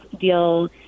deal